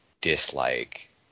dislike